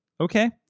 okay